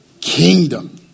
kingdom